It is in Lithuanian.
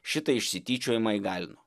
šitą išsityčiojimą įgalino